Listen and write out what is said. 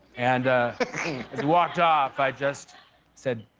and as he walked off i just said,